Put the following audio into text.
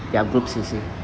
their groups you see